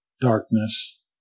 darkness